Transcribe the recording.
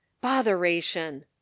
botheration